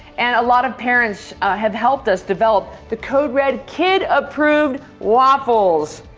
and a lot of parents have helped us develop the code red kid-approved waffles.